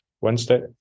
Wednesday